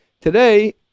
Today